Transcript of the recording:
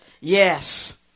yes